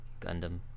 Gundam